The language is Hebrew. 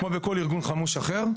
כמו בכל ארגון חמוש אחר,